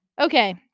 Okay